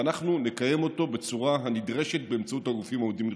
ואנחנו נקיים אותו בצורה הנדרשת באמצעות הגופים העומדים לרשותנו.